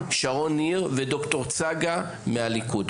שרון ניר מישראל ביתנו וד"ר צגה מהליכוד.